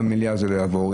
במליאה זה לא יעבור.